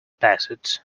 bassett